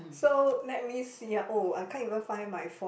so let me see oh I can't even find my phone